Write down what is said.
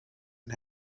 and